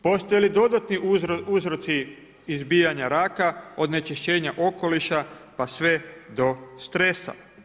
Postoje li dodatni uzroci izbijanja raka od onečišćenja okoliša pa sve do stresa?